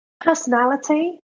Personality